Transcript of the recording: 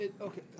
Okay